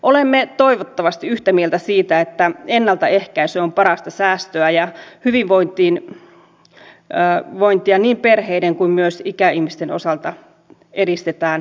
olemme toivottavasti yhtä mieltä siitä että ennaltaehkäisy on parasta säästöä ja hyvinvointia niin perheiden kuin myös ikäihmisten osalta edistetään juuri siten